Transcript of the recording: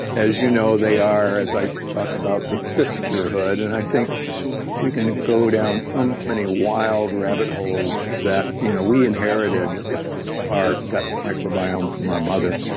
as you know, they are, as i talk about the sisterhood, and i think we can go down so um many wild rabbit holes that, you know we inherited our gut microbiome from our mother,